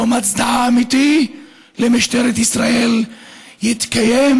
יום הצדעה אמיתי למשטרת ישראל יתקיים